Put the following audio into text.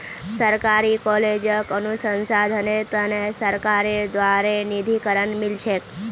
सरकारी कॉलेजक अनुसंधानेर त न सरकारेर द्बारे निधीकरण मिल छेक